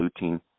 lutein